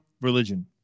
religion